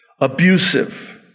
Abusive